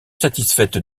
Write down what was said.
satisfaite